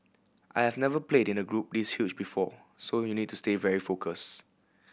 I have never played in a group this huge before so you need to stay very focus